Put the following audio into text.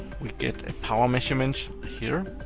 we get a power measurement here,